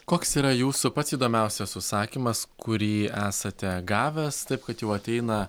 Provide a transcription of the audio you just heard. koks yra jūsų pats įdomiausias užsakymas kurį esate gavęs taip kad jau ateina